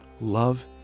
love